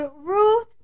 Ruth